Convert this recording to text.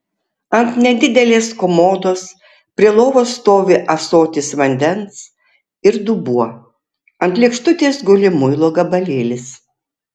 ant nedidelės komodos prie lovos stovi ąsotis vandens ir dubuo ant lėkštutės guli muilo gabalėlis